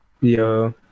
Yo